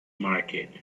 market